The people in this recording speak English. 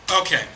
Okay